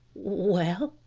well?